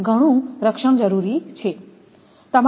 તેથી ઘણું રક્ષણ જરૂરી છે